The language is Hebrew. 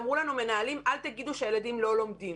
אמרו לנו מנהלים, אל תגידו שהילדים לא לומדים